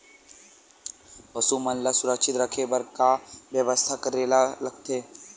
पशु मन ल सुरक्षित रखे बर का बेवस्था करेला लगथे?